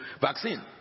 vaccine